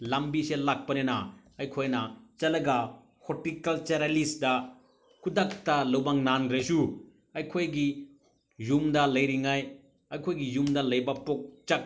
ꯂꯝꯕꯤꯁꯦ ꯂꯥꯞꯅꯤꯅ ꯑꯩꯈꯣꯏꯅ ꯆꯠꯂꯒ ꯍꯣꯔꯇꯤꯀꯜꯆꯔꯂꯤꯁꯗ ꯈꯨꯗꯛꯇ ꯂꯧꯕ ꯉꯝꯗ꯭ꯔꯁꯨ ꯑꯩꯈꯣꯏꯒꯤ ꯌꯨꯝꯗ ꯂꯩꯔꯤꯉꯩ ꯑꯩꯈꯣꯏꯒꯤ ꯌꯨꯝꯗ ꯂꯩꯕ ꯆꯥꯛ